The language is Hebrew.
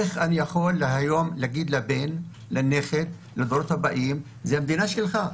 איך אני יכול להגיד לדורות הבאים שזו המדינה שלהם?